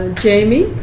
jamie?